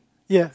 ya